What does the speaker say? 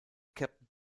captain